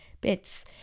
bits